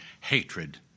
hatred